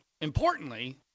importantly